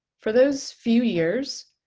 for those few years,